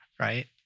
Right